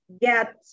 get